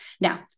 Now